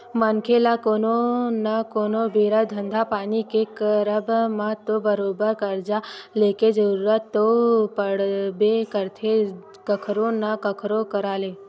मनखे ल कोनो न कोनो बेरा धंधा पानी के करब म तो बरोबर करजा लेके जरुरत तो पड़बे करथे कखरो न कखरो करा ले